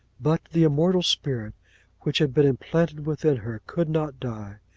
but the immortal spirit which had been implanted within her could not die,